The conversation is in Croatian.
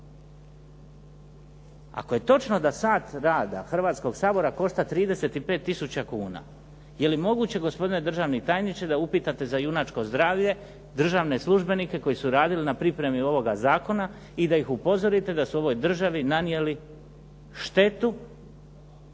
Ako je točno da sat rada Hrvatskoga sabora košta 35 tisuća, jeli moguće gospodine državni tajniče da upitate za junačko zdravlje državne službenike koji su radili na pripremi ovog zakona i da ih upozorite da su ovoj državi nanijeli štetu